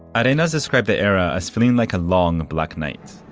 and arenas described the era as feeling like a long, black night.